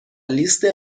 لیست